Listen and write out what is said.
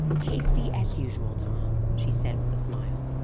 hasty, as usual, tom, she said with a smile.